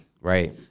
Right